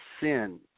sin